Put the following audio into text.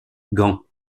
gand